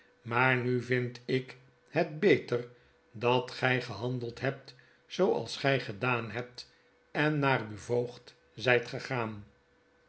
maar nu vind ik het beter dat gij gehandeld hebt zooals gij gedaan hebt en naar uw voogd zyt gegaan